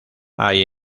hay